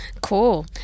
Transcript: Cool